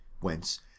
whence